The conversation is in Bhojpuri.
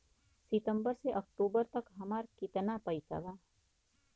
सितंबर से अक्टूबर तक हमार कितना पैसा बा?